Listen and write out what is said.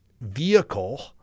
vehicle